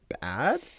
bad